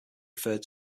referred